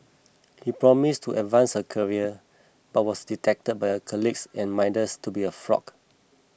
he promised to advance her career but was detected by her colleagues and minders to be a fraud